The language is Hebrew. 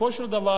בסופו של דבר,